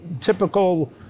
typical